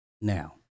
now